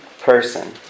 person